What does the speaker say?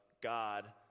God